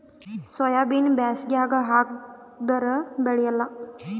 ಸೋಯಾಬಿನ ಬ್ಯಾಸಗ್ಯಾಗ ಹಾಕದರ ಬೆಳಿಯಲ್ಲಾ?